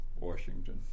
Washington